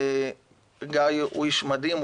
גיא הוא איש מדהים,